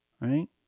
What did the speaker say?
right